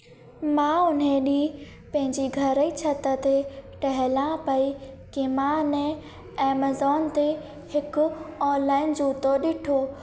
मां उन्हीअ ॾींहुं पंहिंजे घर जी छिति ते टहलां पई कि मां अने अमेज़ोन ते ऑनलाइन जूतो ॾिठो